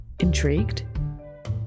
intrigued